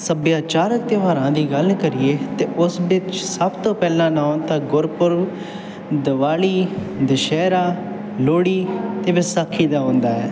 ਸੱਭਿਆਚਾਰਕ ਤਿਉਹਾਰਾਂ ਦੀ ਗੱਲ ਕਰੀਏ ਤਾਂ ਉਸ ਵਿੱਚ ਸਭ ਤੋਂ ਪਹਿਲਾਂ ਨਾਂ ਤਾਂ ਗੁਰਪੁਰਬ ਦੀਵਾਲੀ ਦੁਸਹਿਰਾ ਲੋਹੜੀ ਅਤੇ ਵਿਸਾਖੀ ਦਾ ਆਉਂਦਾ ਹੈ